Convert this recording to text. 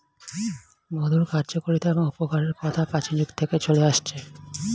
মধুর কার্যকারিতা এবং উপকারের কথা প্রাচীন যুগ থেকে চলে আসছে